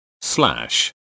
slash